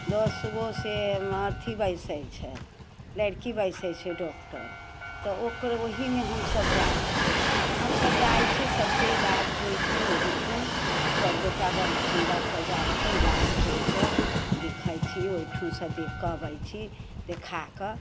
दस गो से अथी बैसै छै लड़की बैसै छै डॉक्टर तऽ ओकरो ओहिमे हमसब जाइ छी तऽ हमसब जाइ छी सबके इलाज होइ छै ओहिठन सब गोटा बहुत सुन्दरसँ जाइ छी इलाज होइ छै देखै छियै ओइठनसँ देखकऽ अबै छी देखाकऽ